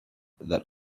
that